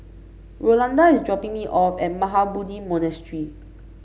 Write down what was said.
Rolanda is dropping me off at Mahabodhi Monastery